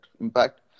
impact